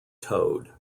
toad